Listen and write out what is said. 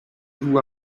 vous